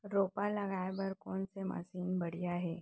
रोपा लगाए बर कोन से मशीन बढ़िया हे?